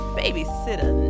babysitter